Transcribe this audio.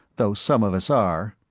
though some of us are.